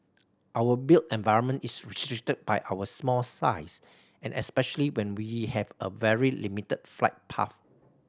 our built environment is restricted by our small size and especially when we have a very limited flight path